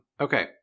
okay